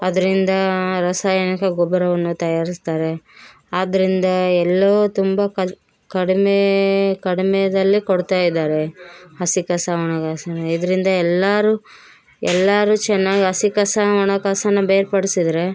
ಅದ್ರಿಂದಾ ರಾಸಾಯನಿಕ ಗೊಬ್ಬರವನ್ನು ತಯಾರಿಸ್ತಾರೆ ಆದ್ರಿಂದ ಎಲ್ಲೂ ತುಂಬ ಕಡಿಮೇ ಕಡಿಮೇದಲ್ಲಿ ಕೊಡ್ತಾಯಿದಾರೆ ಹಸಿ ಕಸ ಒಣ ಕಸ ಇದ್ರಿಂದ ಎಲ್ಲರು ಎಲ್ಲರು ಚೆನ್ನಾಗ್ ಹಸಿ ಕಸ ಒಣ ಕಸ ಬೇರ್ಪಡಿಸಿದರೆ